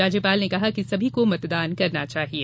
राज्यपाल ने कहा कि सभी को मतदान करना चाहिए